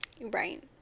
right